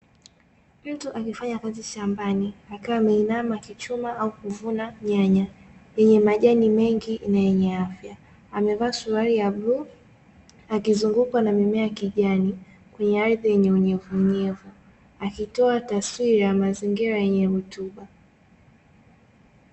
Mtu akifanya kazi shambani akiwa ameinama akichuna au kuvuna nyanya yenye majani mengi na yenye afya. Amevaa suruali ya bluu akizungukwa na mimea ya kijani kwenye ardhi yenye unyevunyevu, akitoa taswira ya mazingira yenye rutuba.